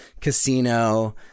Casino